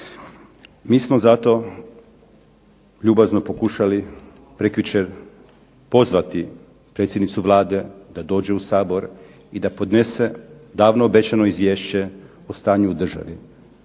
Mi smo za to ljubazno pokušali prekjučer pozvati predsjednicu Vlade da dođe u Sabor i da podnese davno obećano izvješće o stanju u državi.